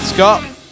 Scott